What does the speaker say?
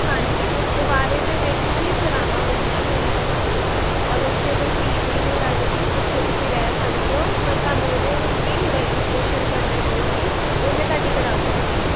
ਹਾਂਜੀ ਗੁਰਦਵਾਰੇ ਦੇ ਵਿੱਚ ਹੀ ਸਰਾਵਾਂ ਬਣੀਆਂ ਹੋਈਆਂ ਵਾਂ ਔਰ ਉੱਥੇ ਕੋਈ ਫੀਸ ਵੀ ਨਹੀਂ ਲੱਗਦੀ ਉੱਥੇ ਤੁਸੀਂ ਰਹਿ ਸਕਦੇ ਹੋ ਪਰ ਤੁਹਾਨੂੰ ਉਹਦੇ ਲਈ ਰਜਿਸਟ੍ਰੇਸ਼ਨ ਕਰਨੀ ਪਊਗੀ ਉਹ ਮੈਂ ਤੁਹਾਡੀ ਕਰਾ ਸਕਦੀ ਆ